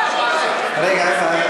רגע אחד,